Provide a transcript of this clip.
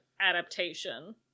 adaptation